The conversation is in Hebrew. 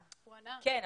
כן.